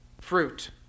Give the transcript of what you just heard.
fruit